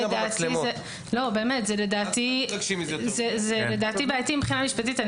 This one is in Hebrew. לדעתי זה בעייתי מבחינה משפטית.